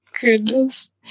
Goodness